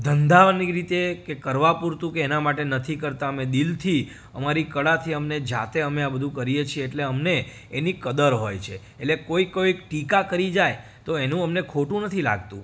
ધંધાની રીતે કે કરવા પૂરતું કે એના માટે નથી કરતાં અમે દિલથી અમારી કળાથી અમને જાતે અમે આ બધું કરીએ છીએ એટલે અમને એની કદર હોય છે એટલે કોઈ કંઈ ટીકા કરી જાય તો એનું અમને ખોટું નથી લાગતું